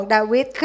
David